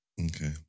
Okay